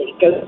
Go